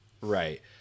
Right